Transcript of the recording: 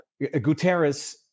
Guterres